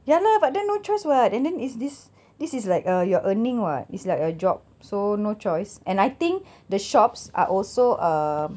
ya lah but then no choice [what] and then is this this is like uh you are earning what is like a job so no choice and I think the shops are also uh